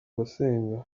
basenga